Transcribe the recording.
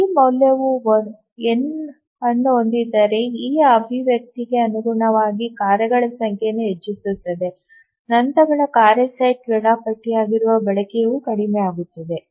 ಈ ಮೌಲ್ಯವು n ಅನ್ನು ಹೊಂದಿದ್ದರೆ ಈ ಅಭಿವ್ಯಕ್ತಿಗೆ ಅನುಗುಣವಾಗಿ ಕಾರ್ಯಗಳ ಸಂಖ್ಯೆಯನ್ನು ಹೆಚ್ಚಿಸುತ್ತದೆ ನಂತರ ಕಾರ್ಯ ಸೆಟ್ ವೇಳಾಪಟ್ಟಿಯಾಗಿರುವ ಬಳಕೆಯು ಕಡಿಮೆಯಾಗುತ್ತದೆ